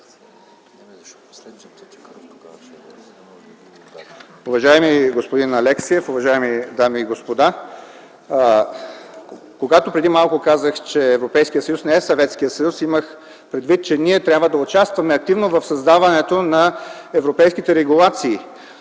Уважаеми господин Алексиев, уважаеми дами и господа! Когато преди малко казах, че Европейският съюз не е Съветският съюз, имах предвид, че ние трябва да участваме активно в създаването на европейските регулации.